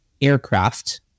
aircraft